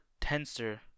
Tensor